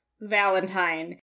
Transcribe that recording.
Valentine